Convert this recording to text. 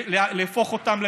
ולהפוך אותם לפליטים.